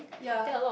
ya